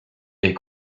est